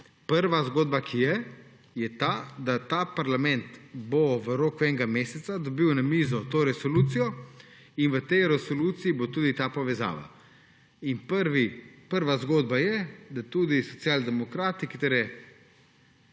Prva zgodba, ki je, je ta, da ta parlament bo v roku enega meseca dobil na mizo to resolucijo in v tej resoluciji bo tudi ta povezava. Prva zgodba je, da tudi Socialni demokrati, katere